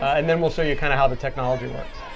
and then we'll so you kind of how the technology works.